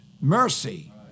mercy